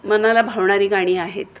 मनाला भावणारी गाणी आहेत